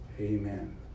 amen